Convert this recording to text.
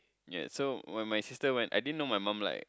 ya so when my sister went I didn't know my mum like